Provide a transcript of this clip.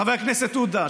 חבר הכנסת עודה,